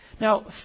Now